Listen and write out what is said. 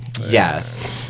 Yes